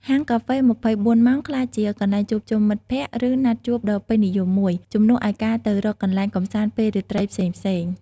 ហាងកាហ្វេ ២៤ ម៉ោងក្លាយជា កន្លែងជួបជុំមិត្តភ័ក្តិ ឬណាត់ជួបដ៏ពេញនិយមមួយ ជំនួសឲ្យការទៅរកកន្លែងកម្សាន្តពេលរាត្រីផ្សេងៗ។